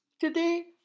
today